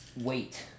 wait